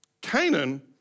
Canaan